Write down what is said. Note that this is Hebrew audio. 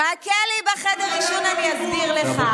חכה לי בחדר עישון, אני אסביר לך.